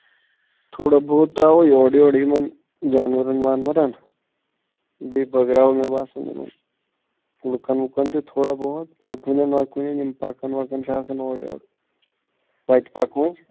تھوڑا بہت تراوَو یورٕ یورٕ یِمن جانورَن وانوَرن بیٚیہِ بٲگراوَو مےٚ باسان یِمن لُکن وُکن تہِ تھوڑا بہت پَکوٕنٮ۪ن وَکوٕنٮ۪ن یِم پَکان وَکان چھِ آسان اورٕ یورٕ وَتہِ پَکوٕنۍ